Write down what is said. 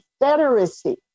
Confederacy